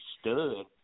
stood